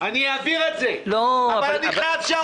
אעביר את זה, אבל אני חייב שהמנכ"ל יבוא.